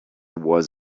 was